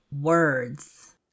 words